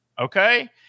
Okay